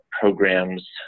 programs